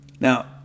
Now